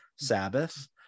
Sabbath